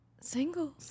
Single